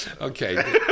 Okay